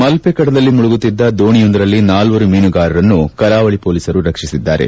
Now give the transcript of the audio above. ಮಲ್ಲೆ ಕಡಲಲ್ಲಿ ಮುಳುಗುತ್ತಿದ್ದ ದೋಣಿಯೊಂದರಲ್ಲಿದ್ದ ನಾಲ್ಲರು ಮೀನುಗಾರರನ್ನು ಕರಾವಳಿ ಹೋಲೀಸರು ರಕ್ಷಿಸಿದ್ದಾರೆ